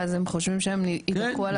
ואז הם חושבים שהם יידחו על הסף.